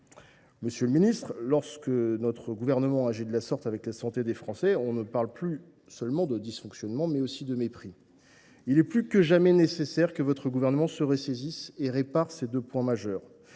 Monsieur le ministre, lorsque le Gouvernement agit de la sorte avec la santé des Français, on parle non plus seulement de dysfonctionnement, mais aussi de mépris. Il est plus que jamais nécessaire que le Gouvernement se ressaisisse et répare ces deux points majeurs.